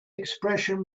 expression